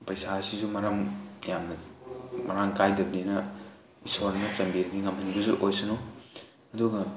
ꯄꯩꯁꯥꯁꯤꯁꯨ ꯃꯔꯝ ꯌꯥꯝꯅ ꯃꯔꯥꯡ ꯀꯥꯏꯗꯕꯅꯤꯅ ꯏꯁꯣꯔꯅ ꯆꯥꯟꯕꯤꯗꯨꯅ ꯉꯝꯍꯟꯕꯤꯕꯁꯨ ꯑꯣꯏꯁꯅꯨ ꯑꯗꯨꯒ